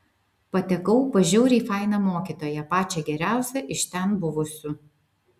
patekau pas žiauriai fainą mokytoją pačią geriausią iš ten buvusių